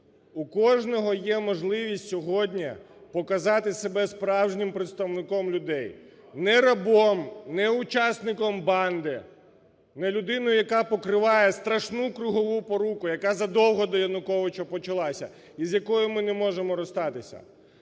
У кожного є можливість сьогодні показати себе справжнім представником людей, не рабом, не учасником банди, не людиною, яка покриває страшну кругову поруку, яка задовго до Януковича почалася, і з якою ми не можемо розстатися.